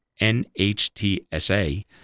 NHTSA